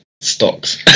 stocks